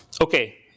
Okay